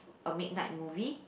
a midnight movie